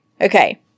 Okay